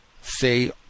say